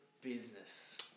business